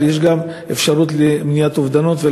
אבל יש גם אפשרות למניעת אובדנות,